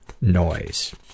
noise